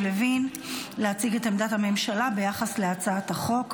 לוין להציג את עמדת הממשלה ביחס להצעת החוק.